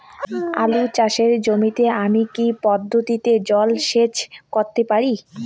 আলু চাষে জমিতে আমি কী পদ্ধতিতে জলসেচ করতে পারি?